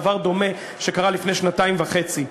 דבר דומה שקרה לפני שנתיים וחצי.